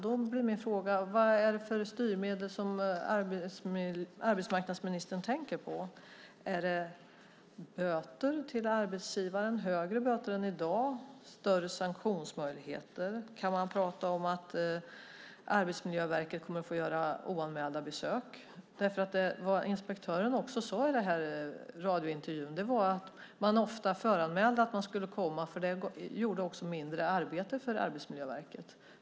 Då blir min fråga: Vad är det för styrmedel som arbetsmarknadsministern tänker på? Är det böter till arbetsgivaren, högre böter än i dag? Är det större sanktionsmöjligheter? Kan man prata om att Arbetsmiljöverket kommer att få göra oanmälda besök? Det inspektören också sade i radiointervjun var nämligen att man ofta föranmälde att man skulle komma, därför att det gav mindre arbete för Arbetsmiljöverket.